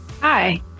Hi